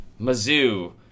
Mizzou